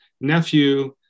Nephew